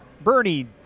Bernie